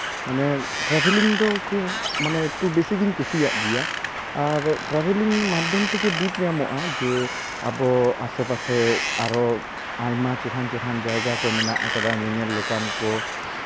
ᱢᱟᱱᱮ ᱴᱨᱟᱵᱷᱮᱞᱤᱝ ᱫᱚ ᱠᱷᱩᱵᱽ ᱢᱟᱱᱮ ᱮᱠᱴᱩ ᱵᱮᱥᱤ ᱜᱤᱧ ᱠᱩᱥᱤᱭᱟᱜ ᱜᱮᱭᱟ ᱟᱨ ᱴᱨᱟᱵᱷᱮᱞᱤᱝ ᱢᱟᱫᱽᱫᱷᱚᱢ ᱛᱮᱜᱮ ᱵᱩᱡᱽ ᱧᱟᱢᱚᱜᱼᱟ ᱡᱮ ᱟᱵᱚ ᱟᱥᱮ ᱯᱟᱥᱮ ᱟᱨᱚ ᱟᱭᱢᱟ ᱪᱮᱦᱨᱟᱱ ᱪᱮᱦᱨᱟᱱ ᱡᱟᱭᱜᱟ ᱠᱚ ᱢᱮᱱᱟᱜ ᱠᱟᱫᱟ ᱧᱮᱧᱮᱞ ᱞᱮᱠᱟᱱ ᱠᱚ